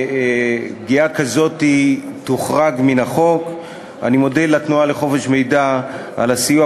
שמקבל כסף ציבורי ימסור מידע מלא לציבור על מה שנעשה